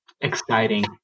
Exciting